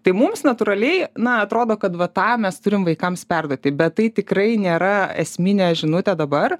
tai mums natūraliai na atrodo kad va tą mes turim vaikams perduoti bet tai tikrai nėra esminė žinutė dabar